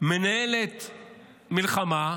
מנהלת מלחמה,